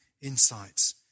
insights